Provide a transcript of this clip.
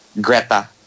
Greta